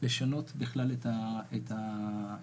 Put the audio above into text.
לשנות בכלל את ה- אחד,